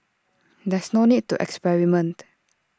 there's no need to experiment